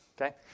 okay